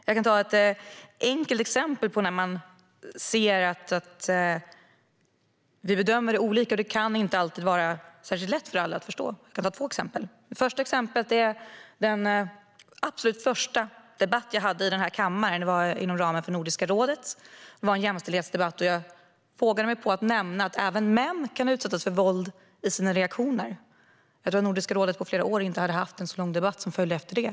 Jag kan ta två enkla exempel där man ser att vi bedömer det olika och att det inte alltid kan vara särskilt lätt för alla att förstå. Det första exemplet är den absolut första debatt jag hade i kammaren. Det var en jämställdhetsdebatt inom ramen för Nordiska rådet. Jag vågade mig på att nämna att även män kan utsättas för våld i sina relationer. Jag tror att Nordiska rådet inte på flera år hade haft en så lång debatt som följde efter det.